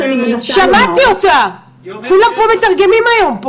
שמעתי אותה, כולם מתרגמים היום.